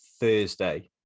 Thursday